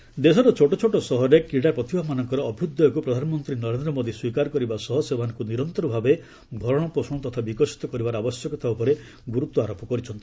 PM ଟିଟି ଦେଶର ଛୋଟ ଚୋଟ ସହରରେ କ୍ରୀଡ଼ା ପ୍ରତିଭାମାନଙ୍କର ଅଭ୍ୟୁଦୟକୁ ପ୍ରଧାନମନ୍ତ୍ରୀ ନରେନ୍ଦ୍ର ମୋଦି ସ୍ୱୀକାର କରିବା ସହ ସେମାନଙ୍କୁ ନିରନ୍ତର ଭାବେ ଭରଣପୋଷଣ ତଥା ବିକଶିତ କରିବାର ଆବଶ୍ୟକତା ଉପରେ ଗୁରୁତ୍ୱାରୋପ କରିଛନ୍ତି